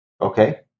Okay